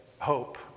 hope